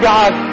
God